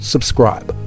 Subscribe